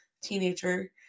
teenager